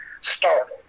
startled